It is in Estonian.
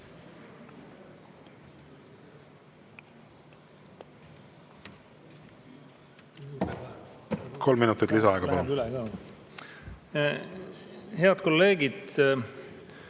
Kolm minutit lisaaega, palun! Head kolleegid!